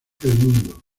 mundo